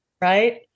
right